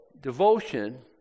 devotion